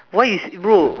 why is bro